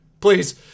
Please